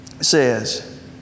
says